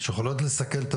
הוא לא מתכנן, הוא פיקוח.